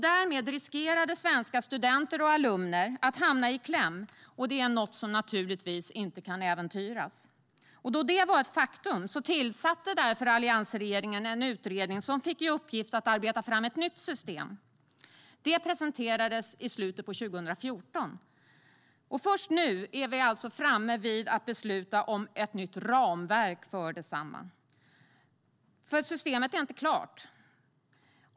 Därmed riskerade svenska studenter och alumner att hamna i kläm, vilket naturligtvis inte kunde accepteras. Därför tillsatte alliansregeringen en utredning som fick i uppgift att arbeta fram ett nytt system. Det presenterades i slutet av 2014, men först nu är vi alltså framme vid att besluta om ramverket för detsamma. Systemet är dock inte klart.